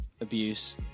abuse